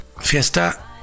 Fiesta